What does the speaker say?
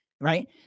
right